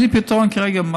אין לי פתרון מעשי כרגע,